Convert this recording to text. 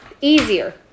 easier